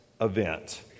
event